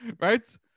Right